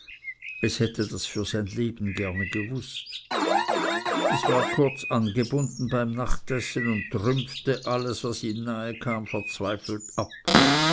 es hatte das für sein leben gerne gewußt es war kurz angebunden beim nachtessen und trümpfte alles was ihm nahe kam verzweifelt ab